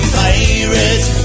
pirates